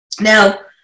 Now